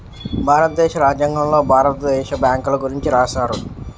భారతదేశ రాజ్యాంగంలో భారత దేశ బ్యాంకుల గురించి రాశారు